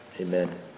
Amen